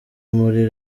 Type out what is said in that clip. muri